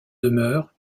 demeures